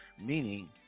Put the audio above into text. meaning